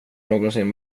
någonsin